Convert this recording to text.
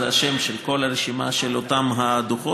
השם של הרשימה של כל אותם הדוחות,